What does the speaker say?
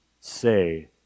say